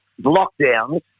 lockdowns